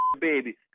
baby